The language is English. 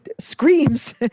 screams